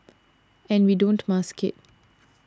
and we don't mask it